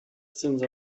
since